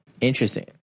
Interesting